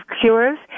Cures